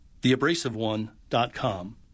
TheAbrasiveOne.com